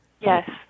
Yes